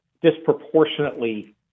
disproportionately